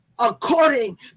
according